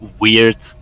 weird